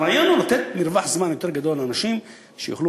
הרעיון הוא לתת מרווח זמן יותר גדול לאנשים כדי שיוכלו